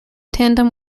tandem